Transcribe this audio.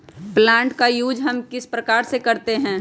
Plant का use हम किस प्रकार से करते हैं?